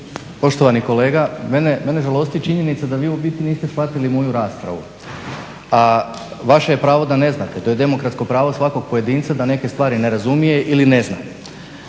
Poštovani kolega, mene žalosti činjenica da vi u biti niste shvatili moju raspravu. Vaše je pravo da ne znate, to je demokratsko pravo svakog pojedinca da neke stvari ne razumije ili ne zna.